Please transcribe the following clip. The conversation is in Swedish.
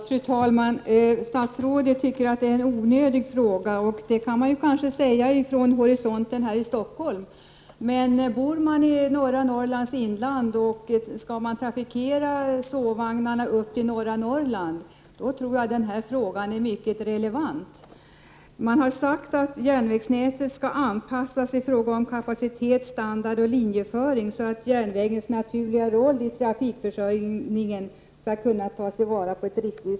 Fru talman! Statsrådet tycker att min fråga är onödig, och det kan man kanske tycka från Stockholms horisont. Men för den som bor i norra Norrlands inland och vill åka sovvagn upp till norra Norrland tror jag frågan är mycket relevant. Man har sagt att järnvägsnätet skall anpassas i fråga om kapacitet, standard och linjeföring så att järnvägens naturliga roll i trafikförsörjningen skall kunna tas till vara på ett riktigt sätt.